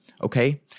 Okay